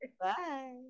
Bye